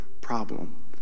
problem